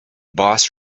boss